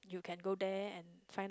you can go there and find out